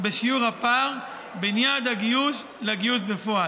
בשיעור הפער בין יעד הגיוס לגיוס בפועל.